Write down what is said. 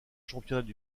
championnats